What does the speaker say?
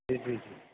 جی جی جی